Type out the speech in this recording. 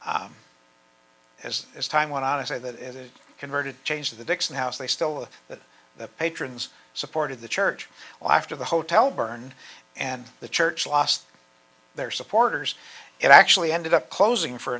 and as as time went on to say that it is converted to change the dixon house they still that the patrons supported the church well after the hotel burned and the church lost their supporters it actually ended up closing for